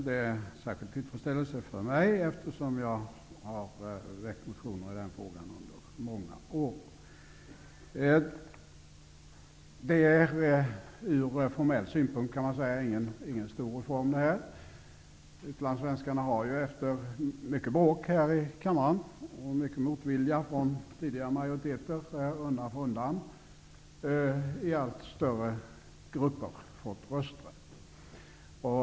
Det är särskilt tillfredsställande för mig, eftersom jag har väckt motioner i denna fråga under många år. Ur formell synpunkt är det här inte någon stor reform. Utlandssvenskarna har efter mycket bråk i denna kammare och mycken motvilja från tidigare majoriteter undan för undan i allt större omfattning fått rösta.